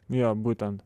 jo būtent